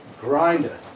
grinder